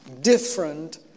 different